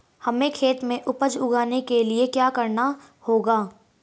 हमें खेत में उपज उगाने के लिये क्या करना होगा?